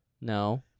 no